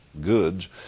goods